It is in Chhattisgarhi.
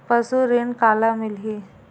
पशु ऋण काला मिलही?